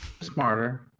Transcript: Smarter